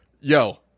Yo